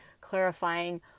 clarifying